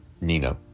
Nina